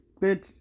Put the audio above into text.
bitch